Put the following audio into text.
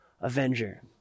avenger